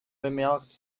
bemerkt